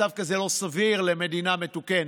מצב כזה לא סביר למדינה מתוקנת,